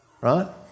right